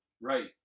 Right